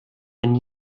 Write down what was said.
and